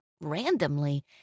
randomly